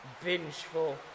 vengeful